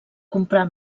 comprar